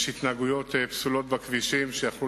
יש התנהגויות פסולות בכבישים שהימנעות